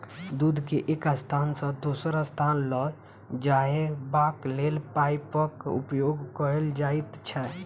दूध के एक स्थान सॅ दोसर स्थान ल जयबाक लेल पाइपक उपयोग कयल जाइत छै